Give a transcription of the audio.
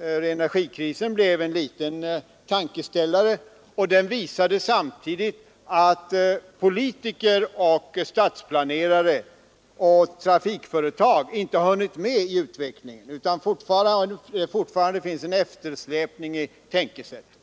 Energikrisen blev en liten tankeställare, och den visade samtidigt att politiker, stadsplanerare och trafikföretag inte har hunnit med i utvecklingen utan att det fortfarande finns en eftersläpning i tänkesätten.